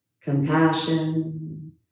compassion